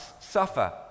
suffer